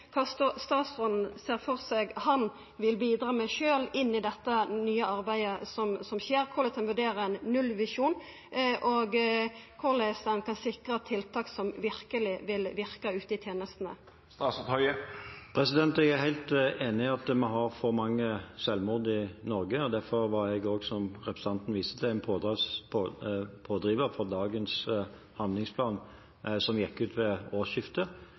statsråden ser for seg at han vil bidra med sjølv i det nye arbeidet som skjer, korleis han vurderer ein nullvisjon, og korleis han kan sikra tiltak som verkeleg vil verka ute i tenestene. Jeg er helt enig i at vi har for mange selvmord i Norge. Derfor var jeg også, som representanten viste til, en pådriver for dagens handlingsplan, som gikk ut ved årsskiftet.